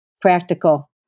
practical